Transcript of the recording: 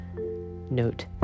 note